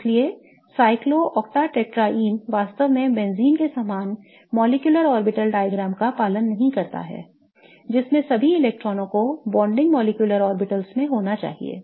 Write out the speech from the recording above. और इसलिए cyclooctatetraene वास्तव में बेंजीन के समान molecular orbital diagrams का पालन नहीं करता है जिसमें सभी इलेक्ट्रॉनों को bonding molecular orbitals में होना चाहिए